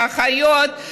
ואחיות,